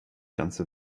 ganze